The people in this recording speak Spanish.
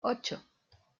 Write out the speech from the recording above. ocho